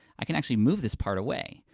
i can actually move this part away.